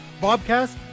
bobcast